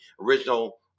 original